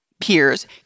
peers